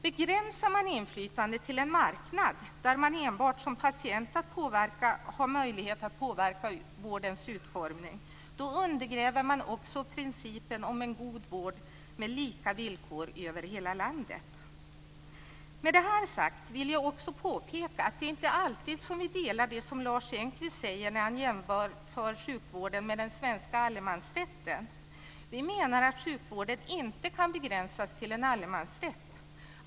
Begränsar man inflytandet till en marknad, där man enbart som patient har möjlighet att påverka vårdens utformning, undergräver man också principen om en god vård med lika villkor över hela landet. När det här är sagt vill jag påpeka att vi inte alltid delar Lars Engqvists uppfattning då han jämför sjukvården med den svenska allemansrätten. Vi menar att sjukvården inte kan begränsas på det sättet.